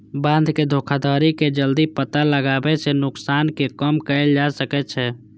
बंधक धोखाधड़ी के जल्दी पता लगाबै सं नुकसान कें कम कैल जा सकै छै